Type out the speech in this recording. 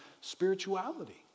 spirituality